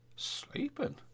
Sleeping